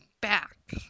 back